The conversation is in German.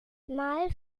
mal